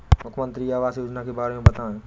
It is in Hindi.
मुख्यमंत्री आवास योजना के बारे में बताए?